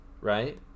right